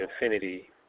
infinity